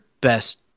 best